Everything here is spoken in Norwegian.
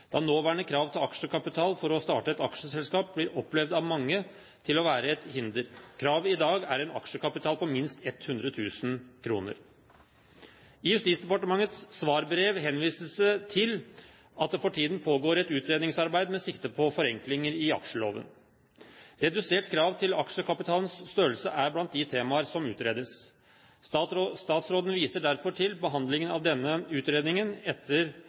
da nåværende krav til aksjekapital for å starte et aksjeselskap av mange blir opplevd som å være et hinder. Kravet i dag er en aksjekapital på minst 100 000 kr. I Justisdepartementets svarbrev henvises det til at det for tiden pågår et utredningsarbeid med sikte på forenklinger i aksjeloven. Redusert krav til aksjekapitalens størrelse er blant de temaer som utredes. Statsråden viser derfor til behandlingen av denne utredningen etter